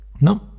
No